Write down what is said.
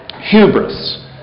hubris